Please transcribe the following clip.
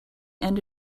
end